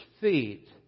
feet